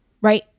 right